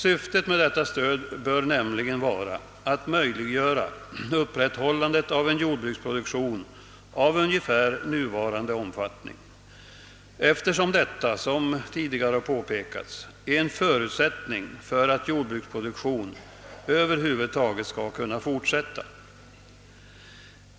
Syftet med detta stöd bör nämligen vara att möjliggöra upprätthållandet av en jordbruksproduktion av ungefär nuvarande omfattning, eftersom detta — som tidigare påpekats — är en förutsättning för att jordbruksproduktion över huvud taget skall kunna fortsätta.